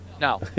no